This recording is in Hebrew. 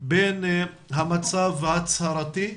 בין המצב ההצהרתי,